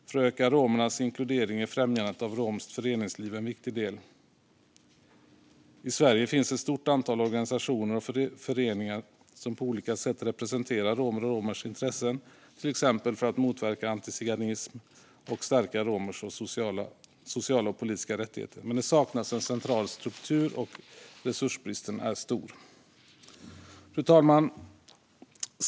För att öka romernas inkludering är främjandet av romskt föreningsliv en viktig del. I Sverige finns ett stort antal organisationer och föreningar som på olika sätt representerar romer och romers intressen, till exempel för att motverka antiziganism och stärka romers sociala och politiska rättigheter. Men det saknas en central struktur, och resursbristen är stor. Fru talman!